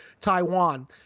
Taiwan